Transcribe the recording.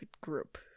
group